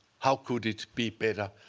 how could it be better?